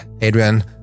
Adrian